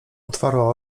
otwarła